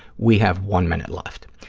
we have one minute left.